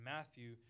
Matthew